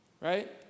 Right